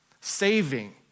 Saving